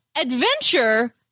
adventure